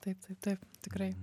taip taip taip tikrai